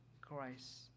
Christ